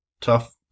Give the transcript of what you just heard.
tough